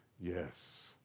yes